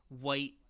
white